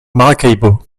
maracaibo